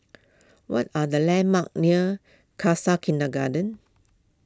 what are the landmarks near Khalsa Kindergarten